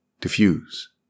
diffuse